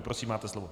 Prosím, máte slovo.